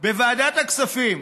בוועדת הכספים.